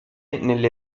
nelle